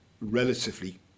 relatively